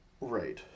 Right